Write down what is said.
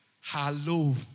Hello